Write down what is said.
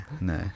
no